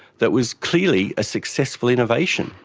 that was clearly a successful innovation.